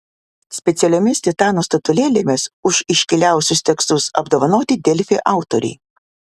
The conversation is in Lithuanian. specialiomis titanų statulėlėmis už iškiliausius tekstus apdovanoti delfi autoriai